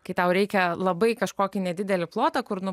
kai tau reikia labai kažkokį nedidelį plotą kur nu